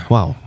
Wow